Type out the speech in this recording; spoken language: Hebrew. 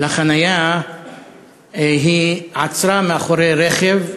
לחניה היא עצרה מאחורי רכב